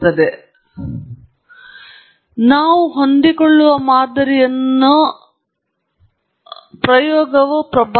ಮತ್ತೊಮ್ಮೆ ನಾವು ಡೇಟಾವನ್ನು ಅನುಕರಿಸಲು ಏನು ಮಾಡಬೇಕೆಂದರೆ ನಾವು ಮೊದಲಿಗೆ ನಿಜವಾದ ಪ್ರಕ್ರಿಯೆಯ ಪ್ರತಿಕ್ರಿಯೆಯನ್ನು ಸೃಷ್ಟಿಸುತ್ತೇವೆ ಸಮೀಕರಣವನ್ನು ಮೇಲ್ಭಾಗದಲ್ಲಿ ನೀಡಲಾಗಿದೆ